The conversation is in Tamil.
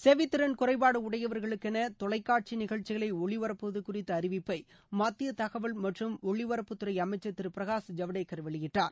செவித்திறன் குறைபாடு உடையவர்களுக்கென தொலைகாட்சி நிகழ்ச்சிகளை ஒளிபரப்புவது குறித்த அறிவிப்பை மத்திய தகவல் மற்றும் ஒலிபரப்புத் துறை அமைச்ச் திரு பிரகாஷ் ஜவடேக்கள் வெளியிட்டார்